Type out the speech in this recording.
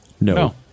No